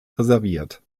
reserviert